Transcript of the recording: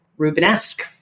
Rubenesque